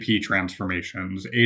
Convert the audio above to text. transformations